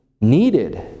needed